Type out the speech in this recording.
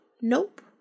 Nope